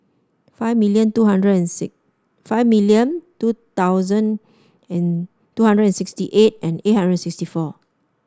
five million two hundred and five million two thousand and two hundred and sixty eight and eight hundred and sixty four